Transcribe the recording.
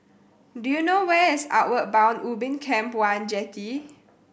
do you know where is Outward Bound Ubin Camp One Jetty